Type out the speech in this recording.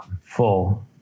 Full